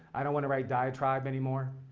i don't want to write diatribe anymore.